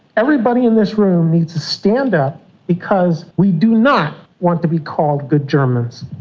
everybody in this room needs to stand up because we do not want to be called good germans.